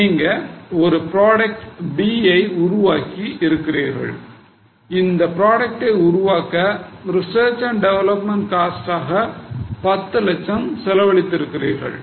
நீங்கள் ஒரு product P ஐ உருவாக்கி இருக்கிறீர்கள் இந்த ப்ராடக்டை உருவாக்க research and development cost ஆக 10 லட்சம் செலவழித்து இருக்கிறீர்கள்